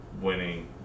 winning